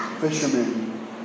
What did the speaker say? fishermen